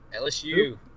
LSU